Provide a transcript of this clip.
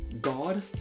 God